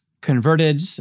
converted